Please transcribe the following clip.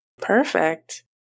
Perfect